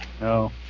No